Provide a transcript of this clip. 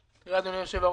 אדוני היושב-ראש,